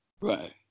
Right